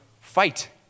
fight